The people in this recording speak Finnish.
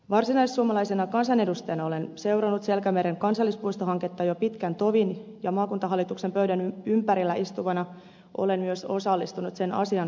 varsinaissuomalaisena kansanedustajana olen seurannut selkämeren kansallispuistohanketta jo pitkän tovin ja maakuntahallituksen pöydän ympärillä istuvana olen myös osallistunut sen asian käsittelyyn